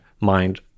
mind